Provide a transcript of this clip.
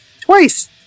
twice